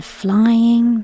flying